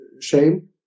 shame